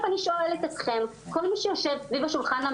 אני פחות מכירה אבל אני שומעת כאן את הדברים שאמרה ניצן.